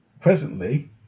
Presently